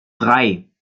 drei